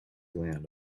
land